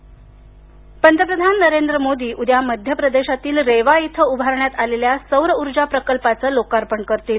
मोदी सौर पंतप्रधान नरेंद्र मोदी उद्या मध्यप्रदेशातील रेवा इथं उभारण्यात आलेल्या सौर ऊर्जा प्रकल्पाचं लोकार्पण करतील